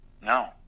no